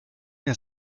mehr